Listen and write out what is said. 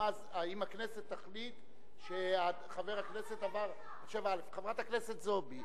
אם הכנסת תחליט שחבר הכנסת עבר על 7א, זו הבדיחה.